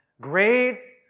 grades